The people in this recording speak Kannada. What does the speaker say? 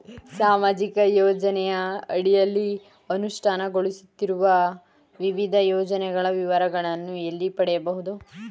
ಸಾಮಾಜಿಕ ಯೋಜನೆಯ ಅಡಿಯಲ್ಲಿ ಅನುಷ್ಠಾನಗೊಳಿಸುತ್ತಿರುವ ವಿವಿಧ ಯೋಜನೆಗಳ ವಿವರಗಳನ್ನು ಎಲ್ಲಿ ಪಡೆಯಬಹುದು?